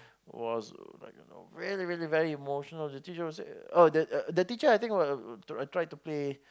was like you know very very very emotional the teacher was oh the the teacher I think was trying to play